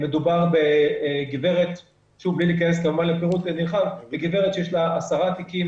מדובר בגברת מבלי להיכנס לפירוט נרחב שיש לה 10 תיקים,